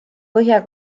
põhja